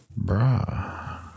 Bruh